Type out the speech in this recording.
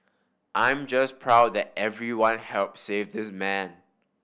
I'm just proud that everyone help save this man